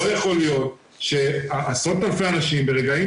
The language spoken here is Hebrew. לא יכול להיות שעשרות אלפי אנשים ברגעים